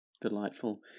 Delightful